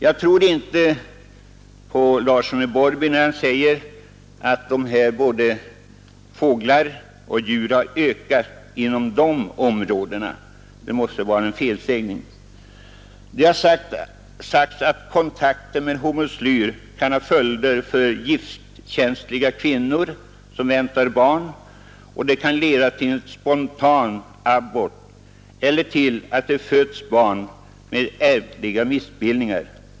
Jag tror inte på herr Larsson i Borrby när han säger att fåglar och djur har ökat inom dessa områden; det måste vara en felsägning. Det har sagts att kontakten med hormoslyr kan ha följder för giftkänsliga kvinnor som väntar barn. Den kan leda till att det blir spontan abort eller till att det föds barn med ärftliga missbildningar.